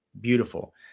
beautiful